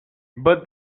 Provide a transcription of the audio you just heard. but